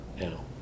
now